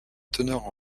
teneur